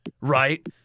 right